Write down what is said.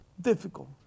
difficult